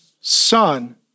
son